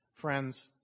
Friends